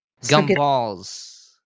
Gumballs